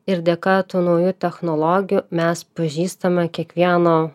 ir dėka tų naujų technologijų mes pažįstame kiekvieno